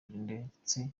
ndetse